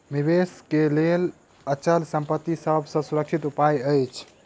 निवेश के लेल अचल संपत्ति सभ सॅ सुरक्षित उपाय अछि